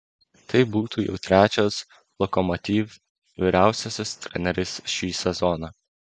tai būtų jau trečias lokomotiv vyriausiasis treneris šį sezoną